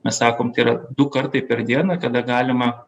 mes sakom tai yra du kartai per dieną kada galima